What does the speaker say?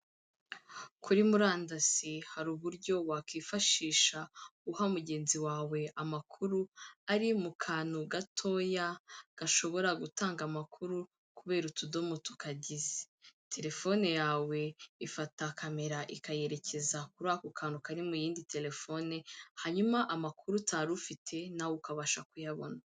Kuri murandasi hari uburyo wakwifashisha uha mugenzi wawe amakuru ari mu kantu gatoya gashobora gutanga amakuru, kubera utudomo tukagize, telefone yawe ifata kamera ikayerekeza kuri ako kantu kari mu yindi telefone, hanyuma amakuru utari ufite nawe ukabasha kuyabona.